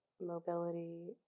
mobility